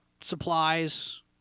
supplies